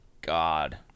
god